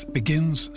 begins